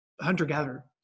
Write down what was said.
hunter-gatherer